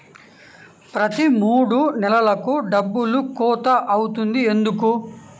ప్రతి మూడు నెలలకు డబ్బులు కోత అవుతుంది ఎందుకు?